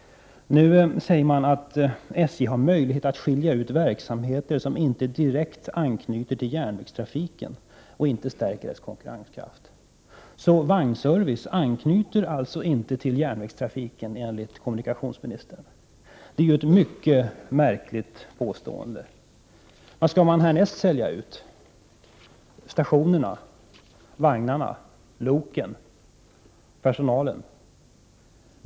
Man säger att SJ har möjlighet att skilja ut verksamheter som inte direkt anknyter till järnvägstrafiken och inte stärker dess konkurrenskraft. Vagnservice anknyter således inte till järnvägstrafiken enligt kommunikationsministern. Det är ett mycket märkligt påstående. Vad skall man härnäst sälja ut? Kommer det att bli stationerna, vagnarna, loken eller personalen?